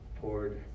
poured